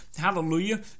hallelujah